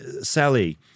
Sally